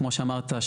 כמו שאמרת,